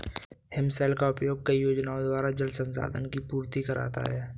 हिमशैल का उपयोग कई योजनाओं द्वारा जल संसाधन की पूर्ति करता है